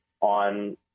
on